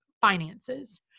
finances